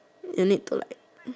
you need to like